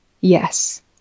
Yes